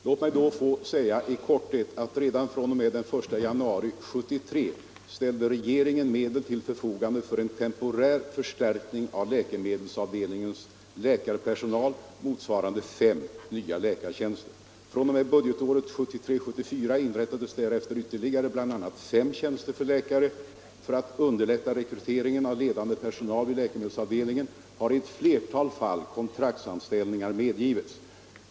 Låt mig då få säga att redan fr.o.m. den 1 januari 1973 ställde regeringen medel till förfogande för en temporär förstärkning av läkemedelsavdelningens läkarpersonal, motsvarande fem nya läkartjänster. fr.o.m. budgetåret 1973/74 inrättades därefter ytterligare bl.a. fem tjänster för läkare. För att underlätta rekryteringen av ledande personal i läkemedelsavdelningen har i ett flertal fall kontraktsanställningar medgivits.